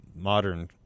modern